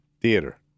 Theater